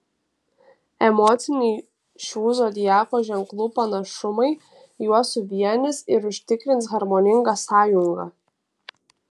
emociniai šių zodiako ženklų panašumai juos suvienys ir užtikrins harmoningą sąjungą